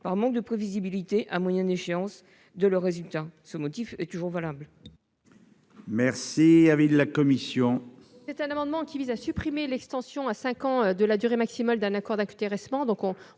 par manque de prévisibilité à moyenne échéance de leurs résultats. Ce motif est toujours valable.